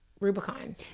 Rubicon